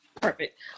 perfect